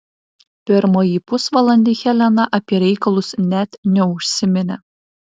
pirmąjį pusvalandį helena apie reikalus net neužsiminė